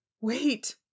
Wait